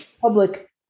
public